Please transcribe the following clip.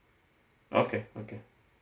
okay okay